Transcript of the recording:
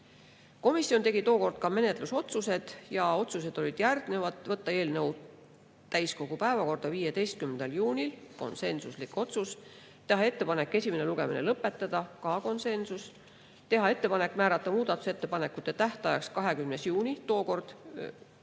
Komisjon tegi tookord ka menetlusotsused ja need olid järgnevad. Võtta eelnõu täiskogu päevakorda 15. juunil, see oli konsensuslik otsus, teha ettepanek esimene lugemine lõpetada, siin oli ka konsensus, teha ettepanek määrata muudatusettepanekute tähtajaks 20. juuni,